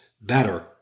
better